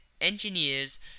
engineers